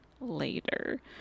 later